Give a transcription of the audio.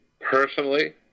personally